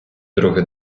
другий